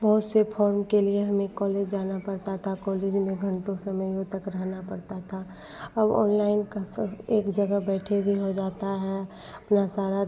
बहुत से फॉर्म के लिए हमें कॉलेज जाना पड़ता था कॉलेज में घंटों समय तक रहना पड़ता था अब ऑनलाइन का सब एक जगह बैठे हुए हो जाता है अपना सारा